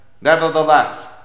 Nevertheless